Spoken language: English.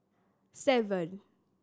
seven